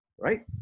right